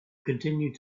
continued